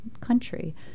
country